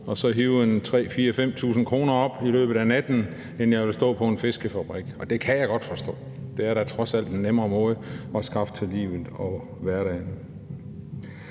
og så hive 3.000-4.000-5.000 kr. op i løbet af natten, end jeg vil stå på en fiskefabrik. Og det kan jeg godt forstå. Det er da trods alt en nemmere måde at skaffe til livet og hverdagen